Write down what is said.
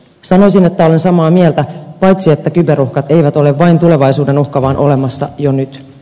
sanoisin että olen samaa mieltä paitsi että kyberuhkat eivät ole vain tulevaisuuden uhka vaan olemassa jo nyt